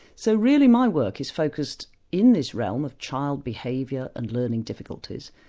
so really my work is focused in this realm of child behaviour and learning difficulties.